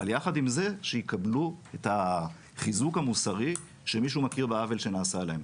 אבל יחד עם זה שיקבלו את החיזוק המוסרי שמישהו מכיר בעוול שנעשה להם.